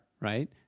right